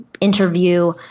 interview